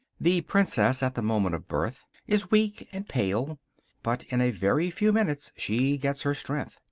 the princess, at the moment of birth, is weak and pale but in a very few minutes she gets her strength,